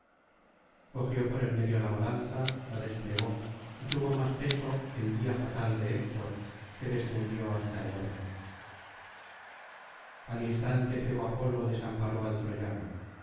cogió por el medio la balanza la desplegó y tuvo más peso el día fatal de héctor que descendió hasta el orco al instante febo apolo desamparó al troyano